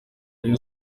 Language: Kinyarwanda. rayon